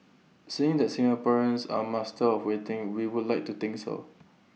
seeing the Singaporeans are master of waiting we would like to think so